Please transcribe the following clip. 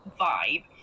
vibe